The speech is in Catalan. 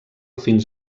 fins